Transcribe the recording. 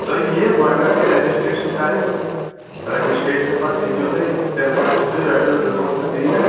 تُہۍ یِیو گۄڈنٮ۪تھ گٔے رَجسٹریشن کَرٕنۍ رَجسٹریشنہٕ پتہٕ ہٮ۪کِو تُہۍ تیٚمہِ ساتہٕ چھُو تُہۍ رۄپیس زٕ پٲنٛژ ہتھ دِنۍ اَتھ